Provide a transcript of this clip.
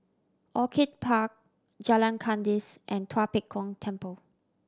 Orchid Park Jalan Kandis and Tua Pek Kong Temple